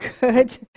good